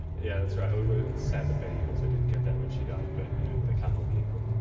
yeah that's right. it's sad that betty also didn't get that when she died, but they can't all be equal.